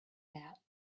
hat